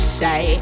say